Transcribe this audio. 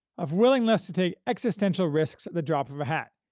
of willingness to take existential risks at the drop of a hat,